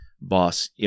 boss